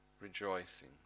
rejoicing